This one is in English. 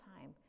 time